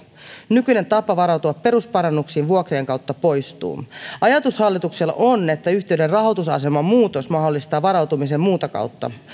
nykyinen tapa varautua perusparannuksiin vuokrien kautta poistuu ajatus hallituksella on että yhtiöiden rahoitusaseman muutos mahdollistaa varautumisen muuta kautta